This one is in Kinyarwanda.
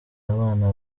abana